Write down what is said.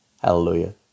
Hallelujah